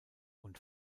und